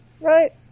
Right